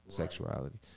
sexuality